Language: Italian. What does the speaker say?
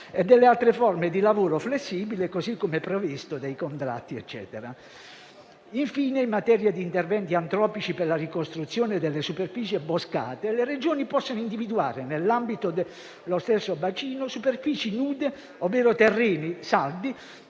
e delle altre forme di lavoro flessibile, così come previsto dai contratti. Infine, in materia di interventi antropici per la ricostruzione delle superfici boscate, le Regioni possono individuare nell'ambito dello stesso bacino superfici nude, ovvero terreni saldi